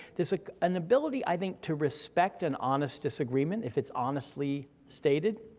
there's like an ability, i think, to respect an honest disagreement, if it's honestly stated,